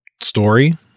story